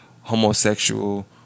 homosexual